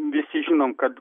visi žinom kad